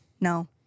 No